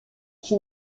qui